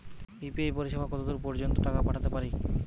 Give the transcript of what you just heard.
UPI পরিসেবা কতদূর পর্জন্ত টাকা পাঠাতে পারি?